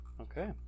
Okay